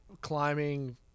climbing